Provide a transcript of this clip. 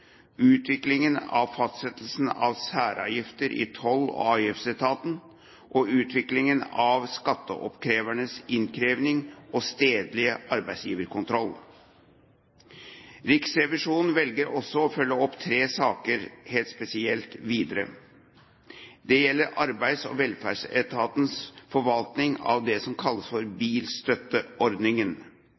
utviklingen av fastsettelse av særavgifter i toll- og avgiftsetaten og utviklingen av skatteoppkrevernes innkreving og stedlige arbeidsgiverkontroll. Riksrevisjonen velger også å følge opp tre saker – helt spesielt – videre. Det gjelder Arbeids- og velferdsetatens forvaltning av det som kalles for